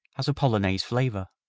has a polonaise flavor.